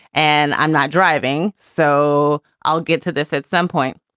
and i'm not driving, so i'll get to this at some point.